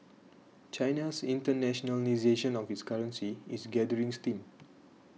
China's internationalisation of its currency is gathering steam